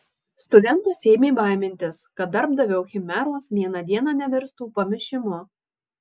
studentas ėmė baimintis kad darbdavio chimeros vieną dieną nevirstų pamišimu